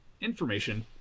information